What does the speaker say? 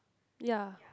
ya